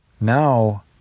now